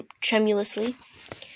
tremulously